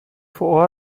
vor